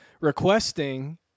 requesting